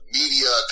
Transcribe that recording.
media